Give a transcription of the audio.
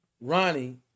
Ronnie